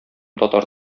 татар